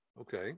okay